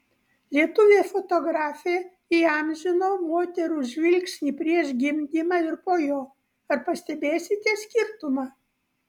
lietuvė fotografė įamžino moterų žvilgsnį prieš gimdymą ir po jo ar pastebėsite skirtumą